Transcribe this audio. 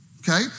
Okay